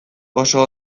oso